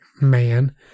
man